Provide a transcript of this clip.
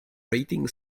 rating